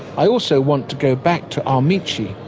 i also want to go back to ahmici,